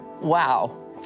Wow